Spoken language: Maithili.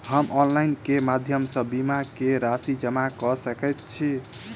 हम ऑनलाइन केँ माध्यम सँ बीमा केँ राशि जमा कऽ सकैत छी?